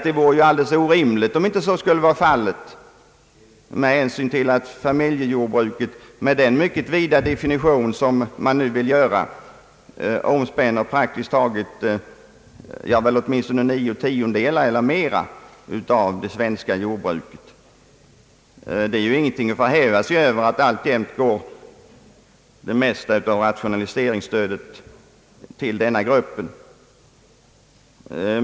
Det vore alldeles orimligt om inte så skulle vara fallet med hänsyn till att familjejordbruket, med den mycket vida definition som man nu vill tillämpa, omspänner åtminstone nio tiondelar av det svenska jordbruket. Att det mesta av rationaliseringsstödet alltjämt går till denna grupp är ju ingenting att förhäva sig över.